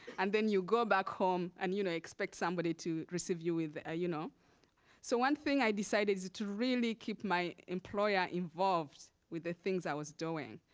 and then you go back home and you know expect somebody to receive you with. ah you know so one thing, i decided to really keep my employer involved with the things i was doing.